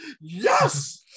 yes